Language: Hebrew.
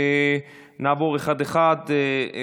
ונעבור אחד-אחד.